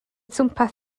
twmpath